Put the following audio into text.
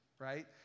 right